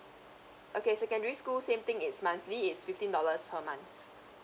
okay secondary school same thing it's monthly it's fifteen dollars per month